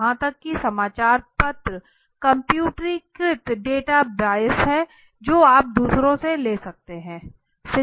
यहां तक कि समाचार पत्र कम्प्यूटरीकृत डेटा बायस हैं जो आप दूसरों से ले सकते हैं